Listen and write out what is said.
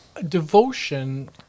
Devotion